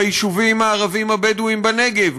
ביישובים הערביים הבדואיים בנגב,